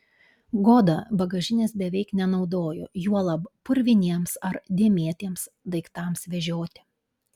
goda bagažinės beveik nenaudojo juolab purviniems ar dėmėtiems daiktams vežioti